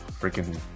freaking